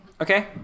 Okay